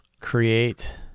create